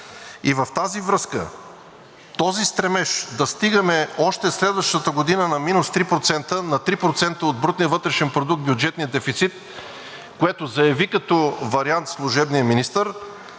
И в тази връзка, този стремеж да стигаме още следващата година на минус 3%, на 3% от брутния вътрешен продукт – бюджетният дефицит, което заяви като вариант служебният министър,